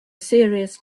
serious